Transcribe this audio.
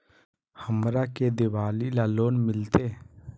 हमरा के दिवाली ला लोन मिलते?